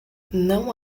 não